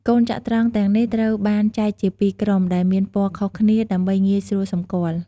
កូនចត្រង្គ ទាំងនេះត្រូវបានចែកជាពីរជាក្រុម ដែលមានពណ៌ខុសគ្នា ដើម្បីងាយស្រួលសម្គាល់។